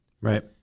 right